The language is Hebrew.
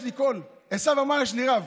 יעקב אמר "יש לי כל", עשו אמר "יש לי רב".